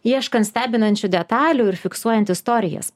ieškant stebinančių detalių ir fiksuojant istorijas